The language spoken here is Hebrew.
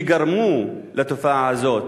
שגרמו לתופעה הזאת.